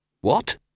What